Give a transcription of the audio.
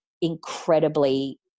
incredibly